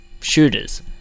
shooters